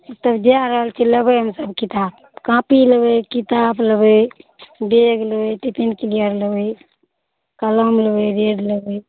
तब जै रहल छिए लेबै हमसभ किताब कॉपी लेबै किताब लेबै बेग लेबै टिफिन कैरिअर लेबै कलम लेबै लीड लेबै